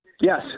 Yes